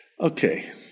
Okay